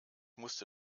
musste